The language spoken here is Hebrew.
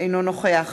אינו נוכח